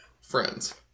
friends